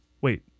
Wait